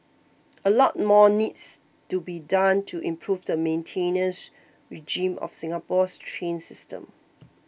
a lot more needs to be done to improve the maintenance regime of Singapore's train system